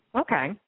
okay